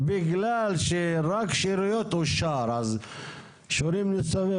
לפני שלושה שבועות היינו אצלך בדיון סגור בנושא פסולת הבניין.